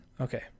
Okay